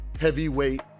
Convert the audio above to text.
heavyweight